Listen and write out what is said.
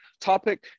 topic